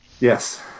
Yes